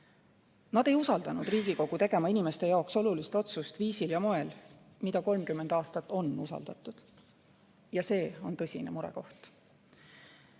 Nad ei usaldanud Riigikogu tegema inimeste jaoks olulist otsust viisil ja moel, mida 30 aastat on usaldatud. See on tõsine murekoht.